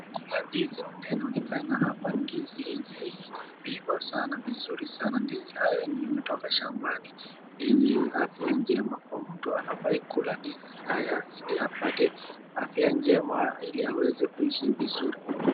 kuna ndizi ambayo inaonekana hapa. Ndizi yenye imeiva vizuri sana. Ndizi haya yametoka shambani yenye afya jema kwa mtu anafaa kula ndizi haya ili apate afya jema ili aweze kuishi vizuri.